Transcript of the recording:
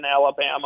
Alabama